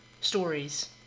stories